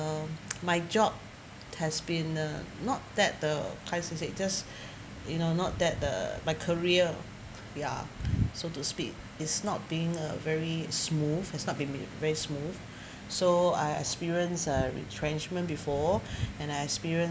um my job has been uh not that the crisis hit just you know not that the my career ya so to speak is not being a very smooth has not been made very smooth so I experience uh retrenchment before and I experience